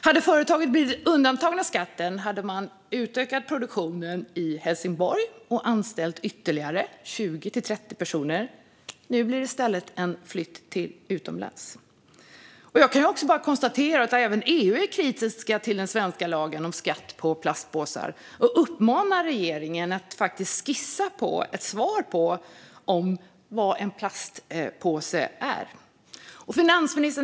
Hade företagit blivit undantaget skatten hade man utökat produktionen i Helsingborg och anställt ytterligare 20-30 personer. Nu blir det i stället en flytt utomlands. Jag kan också konstatera att även EU är kritiskt till den svenska lagen om skatt på plastpåsar och uppmanar regeringen att skissa på ett svar på vad en plastpåse är.